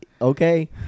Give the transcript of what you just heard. okay